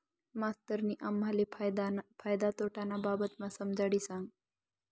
मास्तरनी आम्हले फायदा तोटाना बाबतमा समजाडी सांगं